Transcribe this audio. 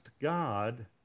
God